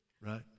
right